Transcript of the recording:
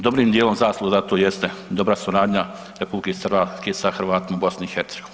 Dobrim dijelom zasluga za to jeste dobra suradnja RH sa Hrvatima u BiH.